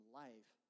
life